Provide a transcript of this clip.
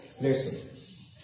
Listen